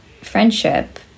friendship